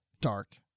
dark